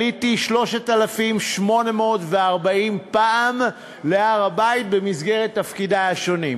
עליתי 3,840 פעם להר-הבית במסגרת תפקידי השונים,